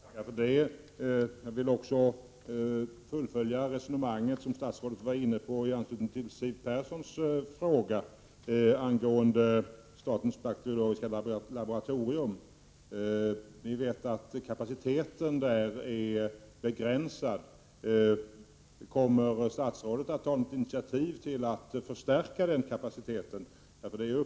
Herr talman! Jag ber att få tacka för det. Jag vill fullfölja det resonemang som statsrådet var inne på i anslutning till Siw Perssons fråga angående statens bakteorologiska laboratorium. Vi vet att kapaciteten där är begränsad. Kommer statsrådet att ta något initiativ till att förstärka den kapaciteten?